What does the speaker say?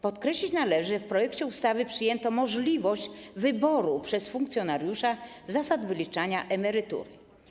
Podkreślić należy, że w projekcie ustawy przyjęto możliwość wyboru przez funkcjonariusza zasad wyliczania emerytury.